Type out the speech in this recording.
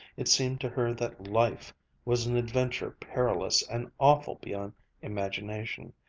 it seemed to her that life was an adventure perilous and awful beyond imagination.